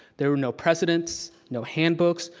there were no precedents, no handbooks,